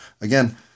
Again